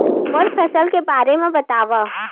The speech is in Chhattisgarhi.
मोला फसल के बारे म बतावव?